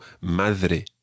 Madre